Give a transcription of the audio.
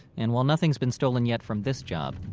and while nothing's been stolen yet from this job,